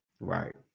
Right